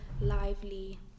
lively